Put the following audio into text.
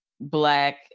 black